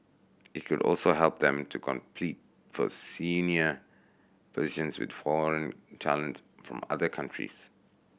it could also help them to compete for senior positions with foreign talent from other countries